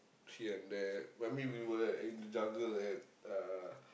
here and there I mean we were in the jungle at uh